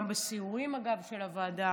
גם בסיורים של הוועדה